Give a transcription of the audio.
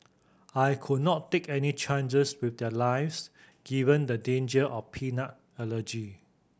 I could not take any chances with their lives given the danger of peanut allergy